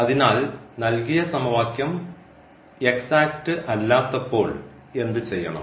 അതിനാൽ നൽകിയ സമവാക്യം എക്സാറ്റ് അല്ലാത്തപ്പോൾ എന്തുചെയ്യണം